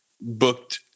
booked –